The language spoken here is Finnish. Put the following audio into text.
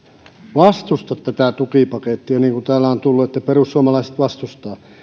vastusta tätä tukipakettia vaikka täällä on tullut että perussuomalaiset vastustaa